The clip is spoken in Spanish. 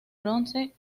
bronce